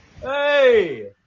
hey